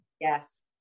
Yes